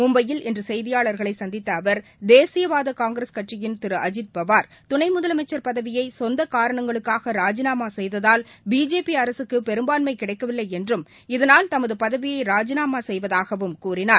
மும்பையில் இன்றுசெய்தியாளர்களைசந்தித்தஅவர் தேசியவாதனங்கிரஸ் கட்சியின் திருஅஇத் பவார் துணைமுதலமைச்சர் பதவியைசொந்தகாரணங்களுக்காகராஜினாமாசெய்ததால் பிஜேபிஅரசுக்குபெரும்பான்மைகிடைக்கவில்லைஎன்றும் இதனால் தமதுபதவியைராஜினாமாசெய்வதாகவும் கூறினார்